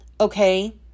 Okay